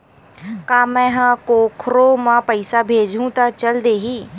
का मै ह कोखरो म पईसा भेजहु त चल देही?